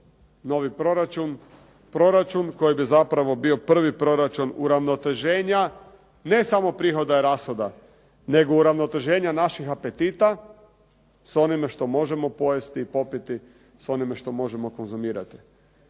Proračun koji bi zapravo bio prvi proračun uravnoteženja ne samo prihoda i rashoda, nego uravnoteženja naših apetita, s onim što možemo pojesti i popiti s onim što možemo konzumirati.